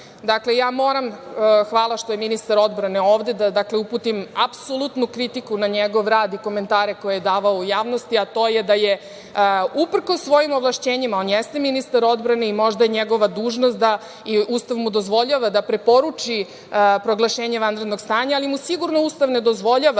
zloupotreba. Hvala što je ministar odbrane ovde, ali ja moram da uputim apsolutnu kritiku na njegov rad i komentare koje je davao u javnosti, a to je da je, uprkos svojim ovlašćenjima, on jeste ministar odbrane i možda je njegova dužnost i Ustav mu dozvoljava da preporuči proglašenje vanrednog stanja, ali mu sigurno Ustav ne dozvoljava